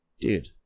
dude